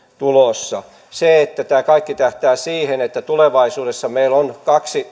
tulossa se että tämä kaikki tähtää siihen että tulevaisuudessa meillä on kaksi